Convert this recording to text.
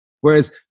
Whereas